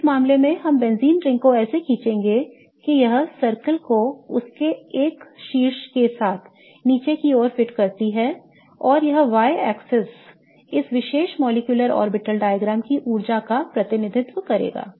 तो इस मामले में हम benzene ring को ऐसे खींचेंगे कि यह सर्कल को उसके एक शीर्ष के साथ नीचे की ओर फिट करती है और y अक्ष इस विशेष molecular orbital diagrams की ऊर्जा का प्रतिनिधित्व करेगा